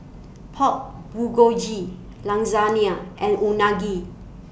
Pork Bulgogi Lasagna and Unagi